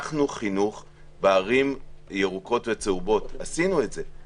פתחנו חינוך בערים צהובות וירוקות, עשינו את זה.